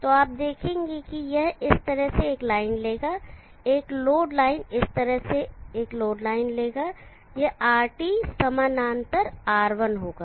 तो आप देखेंगे कि यह इस तरह से एक लाइन लेगा एक लोड लाइन इस तरह से एक लोड लाइन लेगा यह RT समानांतर R1 होगा